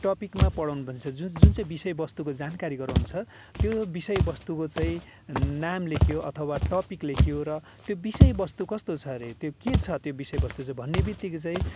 टपिकमा पढाउनुपर्छ जुन जुन चाहिँ विषयवस्तुको जानकारी गराउनु छ त्यो विषयवस्तुको चाहिँ नाम लेख्यो अथवा टपिक लेख्यो र त्यो विषयवस्तु कस्तो छ रे त्यो के छ त्यो विषयवस्तु चाहिँ भन्नेबित्तिकै चाहिँ